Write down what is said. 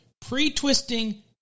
pre-twisting